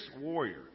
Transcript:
warrior